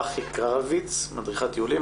ברכי קרביץ, מדריכת טיולים,